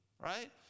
right